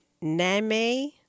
name